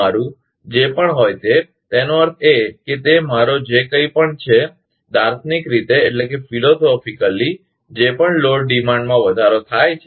તમારું જે પણ હોય તે તેનો અર્થ એ છે કે તે મારો જે કંઈ પણ અર્થ છે તે છે દાર્શનિક રીતે જે પણ લોડ ડીમાન્ડમાં વધારો થયો છે